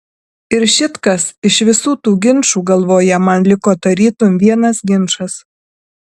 ir šit kas iš visų tų ginčų galvoje man liko tarytum vienas ginčas